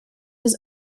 his